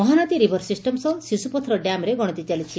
Mahanadi river system ସହ ଶିଶ୍ୱପଥର ଡ୍ୟାମରେ ଗଣତି ଚାଲିଛି